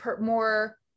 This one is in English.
more